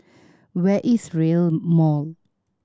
where is Rail Mall